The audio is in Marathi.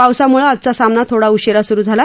पावसामुळं आजचा सामना थोडा उशीरा सुरु झाला